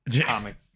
comic